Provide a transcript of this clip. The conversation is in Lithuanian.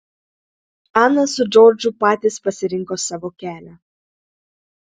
ana su džordžu patys pasirinko savo kelią